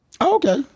Okay